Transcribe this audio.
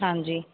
ਹਾਂਜੀ